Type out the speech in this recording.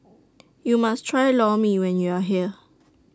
YOU must Try Lor Mee when YOU Are here